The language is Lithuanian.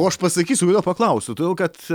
o aš pasakysiu kodėl paklausiau todėl kad